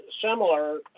similar